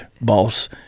boss